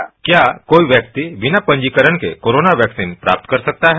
प्रश्न क्या कोई वैक्सीन बिना पंजीकरण के कोरोना वैक्सीन प्राप्त कर सकता है